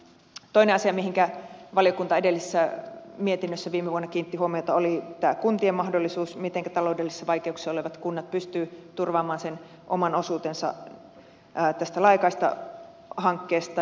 toinen asia mihinkä valiokunta edellisessä mietinnössä viime vuonna kiinnitti huomiota oli kuntien mahdollisuus se mitenkä taloudellisissa vaikeuksissa olevat kunnat pystyvät turvaamaan oman osuutensa tästä laajakaistahankkeesta